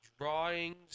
drawings